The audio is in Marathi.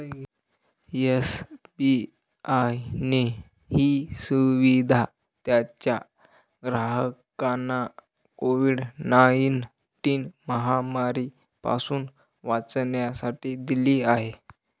एस.बी.आय ने ही सुविधा त्याच्या ग्राहकांना कोविड नाईनटिन महामारी पासून वाचण्यासाठी दिली आहे